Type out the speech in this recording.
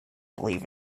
believe